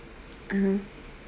mmhmm